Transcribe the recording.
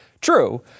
true